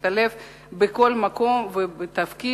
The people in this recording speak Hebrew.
להשתלב בכל מקום ותפקיד,